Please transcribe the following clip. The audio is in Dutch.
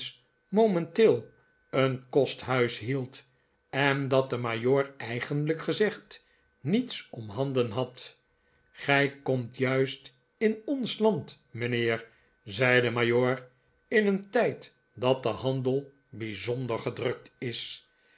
momenteel een kosthuis hield eh dat de majoor eigenlijk gezegd niets omhahden had gij komt juist in ons land mijnheer zei de majoor in een tijd dat de handel bijzonder gedrukt is